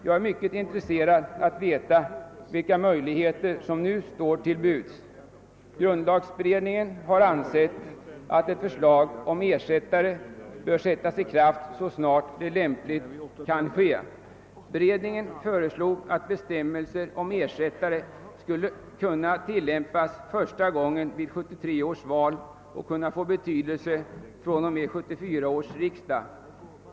Jag är mycket intresserad av att veta vilka möjligheter som nu står till buds. Grundlagberedningen har ansett att ett beslut om ersättare skulle sättas i kraft så snart detta lämpligen kan ske. Beredningen föreslog att bestämmelser om ersättare skulle tillämpas första gången vid 1973 års val och kunna få betydelse från och med 1974 års riksdag.